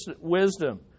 wisdom